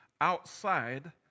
outside